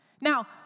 Now